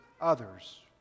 others